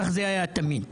כך זה היה תמיד.